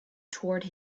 toward